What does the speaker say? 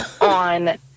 on